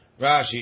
Rashi